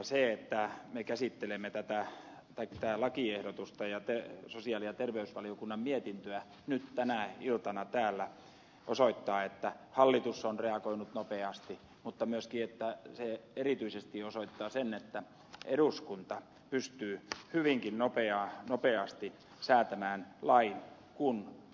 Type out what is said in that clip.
se että me käsittelemme tätä lakiehdotusta ja sosiaali ja terveysvaliokunnan mietintöä nyt tänä iltana täällä osoittaa että hallitus on reagoinut nopeasti mutta myöskin se erityisesti osoittaa sen että eduskunta pystyy hyvinkin nopeasti säätämään lain kun on kiire